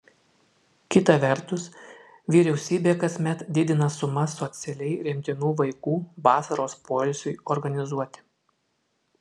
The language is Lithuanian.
kita vertus vyriausybė kasmet didina sumas socialiai remtinų vaikų vasaros poilsiui organizuoti